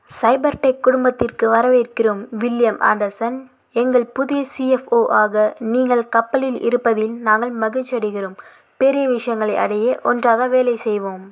சைபர் tech குடும்பத்திற்கு வரவேற்கிறோம் William Anderson எங்கள் புதிய சிஎஃப்ஓ ஆக நீங்கள் கப்பலில் இருப்பதில் நாங்கள் மகிழ்ச்சியடைகிறோம் பெரிய விஷயங்களை அடைய ஒன்றாக வேலை செய்வோம்